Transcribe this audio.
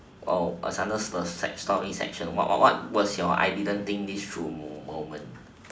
oh it's under the sad story section what what was your I didn't think this through moment